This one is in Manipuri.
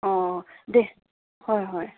ꯑꯣ ꯍꯣꯏ ꯍꯣꯏ